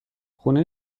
خونه